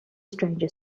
stranger